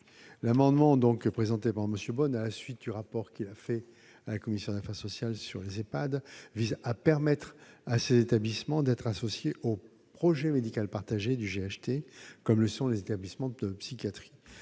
L'amendement présenté par M. Bonne fait suite au rapport sur les Ehpad qu'il a présenté à la commission des affaires sociales et vise à permettre à ces établissements d'être associés au projet médical partagé du GHT, comme le sont les établissements de psychiatrie.